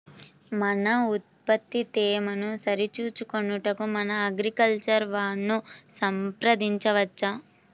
మన ఉత్పత్తి తేమను సరిచూచుకొనుటకు మన అగ్రికల్చర్ వా ను సంప్రదించవచ్చా?